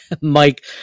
Mike